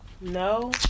No